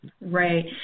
Right